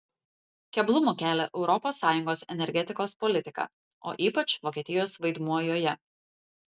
keblumų kelia europos sąjungos energetikos politika o ypač vokietijos vaidmuo joje